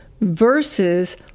Versus